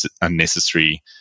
unnecessary